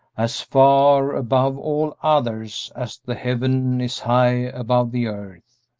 as far above all others as the heaven is high above the earth